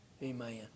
Amen